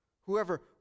whoever